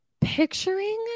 picturing